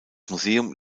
museum